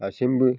दासिमबो